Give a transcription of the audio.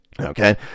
okay